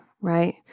Right